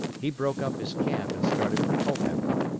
he broke up his camp and started for culpeper.